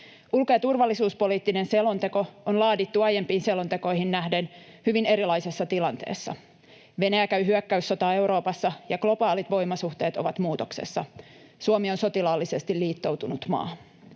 Ulko- ja turvallisuuspoliittinen selonteko on laadittu aiempiin selontekoihin nähden hyvin erilaisessa tilanteessa. Venäjä käy hyökkäyssotaa Euroopassa, ja globaalit voimasuhteet ovat muutoksessa. Suomi on sotilaallisesti liittoutunut maa.